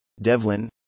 Devlin